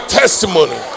testimony